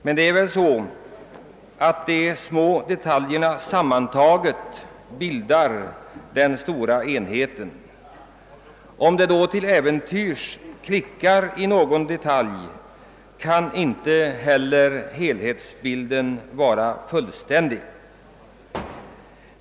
Men det är ju de små detaljerna sammantagna som bildar den stora enheten. Om det då till äventyrs klickar när det gäller någon detalj, så kan inte heller helhetsbilden bli fullkomlig.